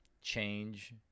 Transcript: change